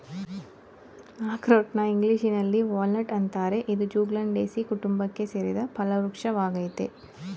ಅಖ್ರೋಟ್ನ ಇಂಗ್ಲೀಷಿನಲ್ಲಿ ವಾಲ್ನಟ್ ಅಂತಾರೆ ಇದು ಜ್ಯೂಗ್ಲಂಡೇಸೀ ಕುಟುಂಬಕ್ಕೆ ಸೇರಿದ ಫಲವೃಕ್ಷ ವಾಗಯ್ತೆ